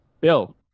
Bill